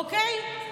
אוקיי?